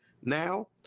Now